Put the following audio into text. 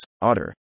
Otter